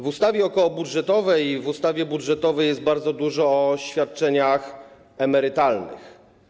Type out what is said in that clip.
W ustawie okołobudżetowej i w ustawie budżetowej jest bardzo dużo o świadczeniach emerytalnych.